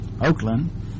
Oakland